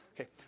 Okay